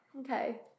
Okay